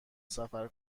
سفر